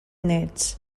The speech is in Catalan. néts